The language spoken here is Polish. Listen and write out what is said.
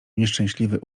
nieszczęśliwy